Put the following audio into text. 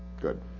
Good